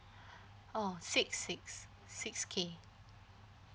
oh six six six K